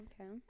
Okay